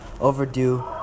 overdue